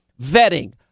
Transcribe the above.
vetting